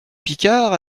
picard